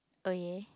oh yeah